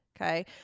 okay